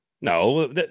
No